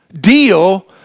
deal